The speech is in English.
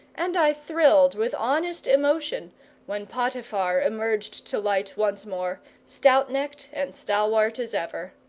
and i thrilled with honest emotion when potiphar emerged to light once more, stout-necked and stalwart as ever.